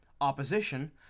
opposition